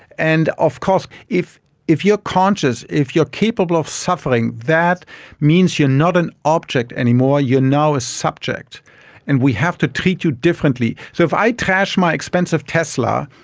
and of course if if you are conscious, if you are capable of suffering, that means you are not an object any more, you are now a subject and we have to treat you differently. so if i trash my expensive tesla,